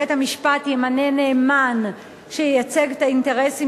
ובית-המשפט ימנה נאמן שייצג את האינטרסים